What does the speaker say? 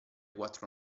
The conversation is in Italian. quattro